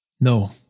No